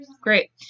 great